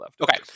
Okay